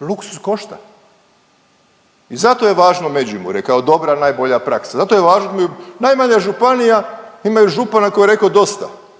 luksuz košta. I zato je važno Međimurje kao dobra najbolja praksa, zato je važna i najmanja županija imaju župana koji je rekao dosta